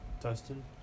Dustin